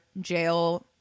jail